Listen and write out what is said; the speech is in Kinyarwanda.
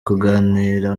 kuganira